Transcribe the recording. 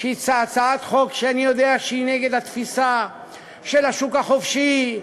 שאני יודע שהיא נגד התפיסה של השוק החופשי.